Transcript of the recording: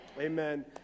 Amen